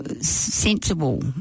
sensible